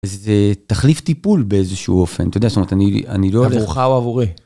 זה תחליף טיפול באיזשהו אופן, אתה יודע, זאת אומרת, אני לא... עבורך או עבורי.